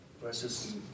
versus